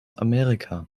amerika